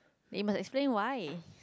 but you must explain why